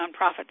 nonprofits